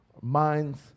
minds